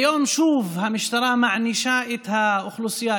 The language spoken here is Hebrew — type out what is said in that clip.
היום שוב המשטרה מענישה את האוכלוסייה,